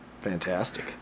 Fantastic